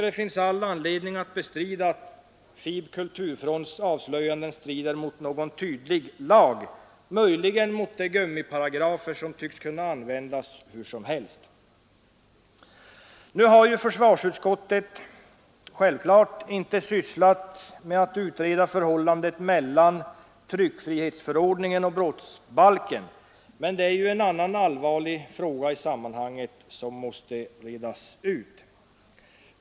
Det finns all anledning att bestrida att FiB/Kulturfronts avslöjanden strider mot någon tydlig lag, möjligen mot de gummiparagrafer som tycks kunna användas hur som helst. Nu har försvarsutskottet självfallet inte sysslat med att utreda förhållandet mellan tryckfrihetsförordningen och brottsbalken, men det är ju en annan allvarlig fråga i sammanhanget som måste redas ut.